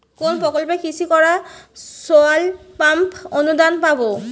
কোন প্রকল্পে কৃষকরা সোলার পাম্প অনুদান পাবে?